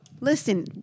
Listen